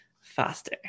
faster